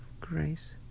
grace